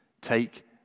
Take